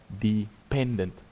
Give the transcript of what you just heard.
dependent